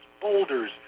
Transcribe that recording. boulders